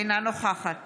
אינה נוכחת